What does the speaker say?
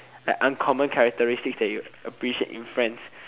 like uncommon characteristics that you appreciate in friends